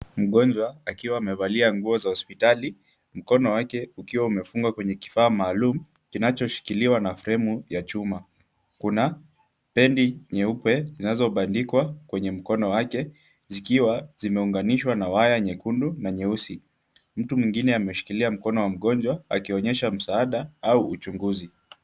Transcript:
Mgonjwa akiwa amevalia nguo za hospitali mkono wake ukiwa umefungwa kwenye kifaa maalum kinachoshikiliwa na fremu ya chuma. Kuna pendi nyeupe zinazobandikwa kwenye mkono wake zikiwa zimeunganishwa na waya nyekundu na nyeusi. Mtu mwingine ameshikilia mkono wa mgonjwa akionyesha msaada au uchunguzi.